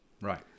Right